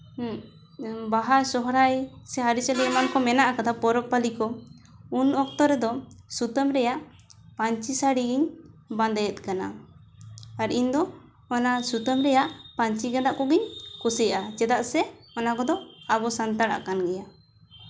ᱦᱮᱸ ᱵᱟᱦᱟ ᱥᱚᱦᱨᱟᱭ ᱥᱮ ᱟᱹᱨᱤᱪᱟᱹᱞᱤ ᱮᱢᱟᱱ ᱠᱚ ᱢᱮᱱᱟᱜ ᱟᱠᱟᱫᱟ ᱯᱚᱨᱚᱵᱽ ᱯᱟᱹᱞᱤ ᱠᱚ ᱩᱱ ᱚᱠᱛᱚ ᱨᱮᱫᱚ ᱥᱩᱛᱟᱹᱢ ᱨᱮᱭᱟᱜ ᱯᱟᱹᱧᱪᱤ ᱥᱟᱹᱲᱤ ᱜᱤᱧ ᱵᱟᱸᱫᱮᱭᱮᱫ ᱠᱟᱱᱟ ᱟᱨ ᱤᱧ ᱫᱚ ᱚᱱᱟ ᱥᱩᱛᱟᱹᱢ ᱨᱮᱭᱟᱜ ᱯᱟᱹᱧᱪᱤ ᱜᱮᱸᱫᱟᱜ ᱠᱚᱜᱮᱧ ᱠᱩᱥᱤᱭᱟᱜᱼᱟ ᱪᱮᱫᱟᱜ ᱥᱮ ᱚᱱᱟ ᱠᱚᱫᱚ ᱟᱵᱚ ᱥᱟᱱᱛᱟᱲᱟᱜ ᱠᱟᱱ ᱜᱮᱭᱟ